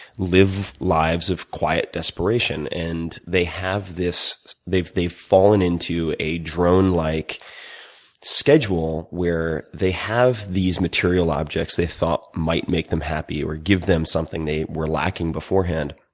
live lives of quiet desperation. and they have this they've they've fallen into a drone-like drone-like schedule, where they have these material objects they thought might make them happy, or give them something they were lacking beforehand.